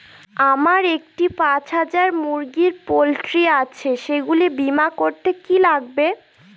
আমার একটি পাঁচ হাজার মুরগির পোলট্রি আছে সেগুলি বীমা করতে কি লাগবে?